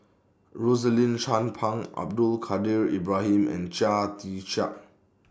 Rosaline Chan Pang Abdul Kadir Ibrahim and Chia Tee Chiak